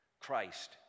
Christ